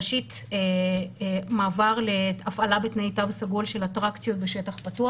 ראשית מעבר להפעלה בתנאי תו סגול של אטרקציות בשטח פתוח